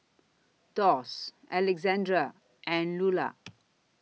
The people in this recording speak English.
Doss Alexandre and Lulla